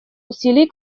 усилий